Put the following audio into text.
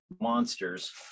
monsters